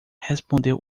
respondeu